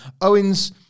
Owens